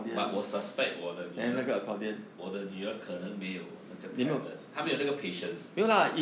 but 我 suspect 我的女儿 cu~ 我的女儿可能没有那个 talent 她没有那个 patience